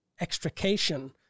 extrication